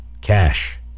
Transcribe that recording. cash